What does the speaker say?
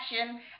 action